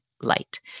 light